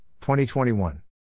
2021